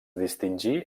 distingí